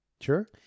Sure